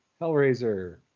hellraiser